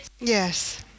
Yes